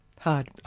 Hard